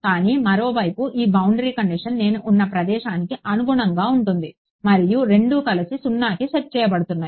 కానీ మరోవైపు ఈ బౌండరీ కండిషన్ నేను ఉన్న ప్రదేశానికి అనుగుణంగా ఉంటుంది మరియు రెండూ కలిసి 0కి సెట్ చేయబడుతున్నాయి